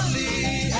the